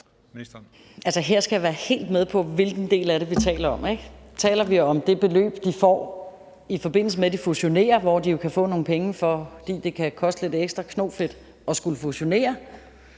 her skal jeg være helt med på, hvilken del af det vi taler om, ikke? Taler vi om det beløb, de får, i forbindelse med at de fusionerer, hvor de jo kan få nogle penge, fordi det kan koste lidt ekstra knofedt at skulle fusionere?